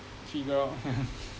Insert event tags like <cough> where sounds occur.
figure out <noise>